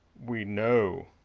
we know!